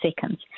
seconds